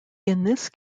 this